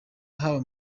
haba